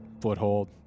foothold